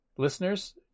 listeners